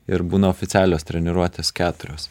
ir būna oficialios treniruotės keturios